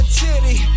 titty